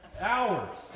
hours